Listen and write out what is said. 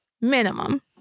Minimum